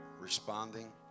responding